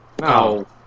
No